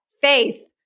Faith